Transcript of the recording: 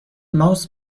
ماوس